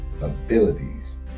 abilities